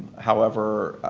however,